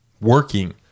working